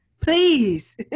please